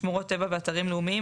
שמורות טבע ואתרים לאומיים,